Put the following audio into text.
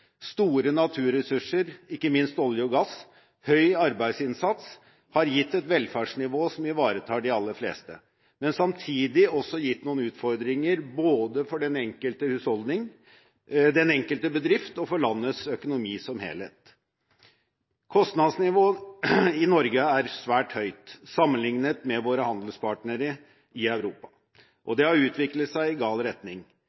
Store naturressurser, ikke minst olje og gass, og høy arbeidsinnsats har gitt et velferdsnivå som ivaretar de aller fleste, men samtidig også gitt noen utfordringer både for den enkelte husholdning, den enkelte bedrift og for landets økonomi som helhet. Kostnadsnivået i Norge er svært høyt sammenliknet med våre handelspartnere i Europa, og det har utviklet seg i gal retning.